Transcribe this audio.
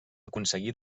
aconseguir